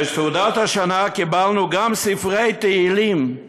בתעודת השנה קיבלנו גם ספרי תהילים, מדרש,